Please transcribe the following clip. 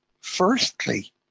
firstly